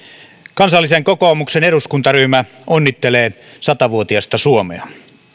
kansallisen kokoomuksen eduskuntaryhmä onnittelee sata vuotiasta suomea